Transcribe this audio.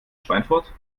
schweinfurt